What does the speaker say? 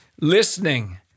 listening